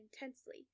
intensely